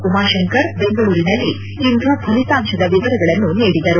ಉಮಾಶಂಕರ್ ಬೆಂಗಳೂರಿನಲ್ಲಿಂದು ಫಲಿತಾಂಶದ ವಿವರಗಳನ್ನು ನೀಡಿದರು